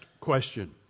question